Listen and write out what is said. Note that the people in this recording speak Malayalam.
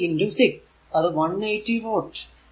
അതിനാൽ 180 വാട്ട്